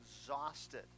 exhausted